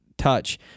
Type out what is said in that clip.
touch